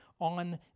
on